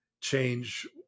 change